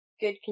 good